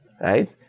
right